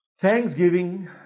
Thanksgiving